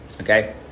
Okay